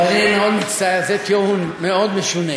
טוב, אני מאוד מצטער, זה טיעון מאוד משונה.